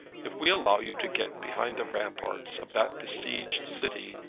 if we allow you to get behind the ramparts of that besieged city,